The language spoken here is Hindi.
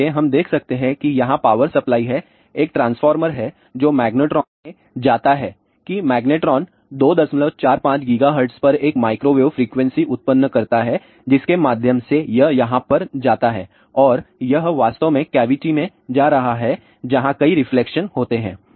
इसलिए हम देख सकते हैं कि यहां पावर सप्लाई है एक ट्रांसफार्मर है जो मैग्नेट्रॉन में जाता है कि मैग्नेट्रोन 245 GHz पर एक माइक्रोवेव फ्रीक्वेंसी उत्पन्न करता है जिसके माध्यम से यह यहाँ पर जाता है और यह वास्तव में कैविटी में जा रहा है जहां कई रिफ्लेक्शन होते हैं